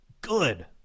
good